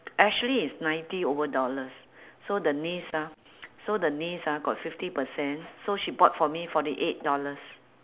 actually it's ninety over dollars so the niece ah so the niece ah got fifty percent so she bought for me forty eight dollars